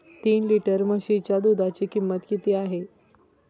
तीन लिटर म्हशीच्या दुधाची किंमत किती आहे?